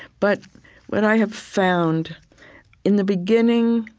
but what i have found in the beginning,